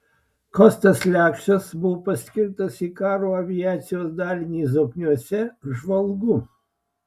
kostas lekšas buvo paskirtas į karo aviacijos dalinį zokniuose žvalgu